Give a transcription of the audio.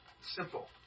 simple